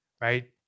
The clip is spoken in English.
right